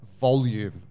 volume